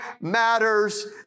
matters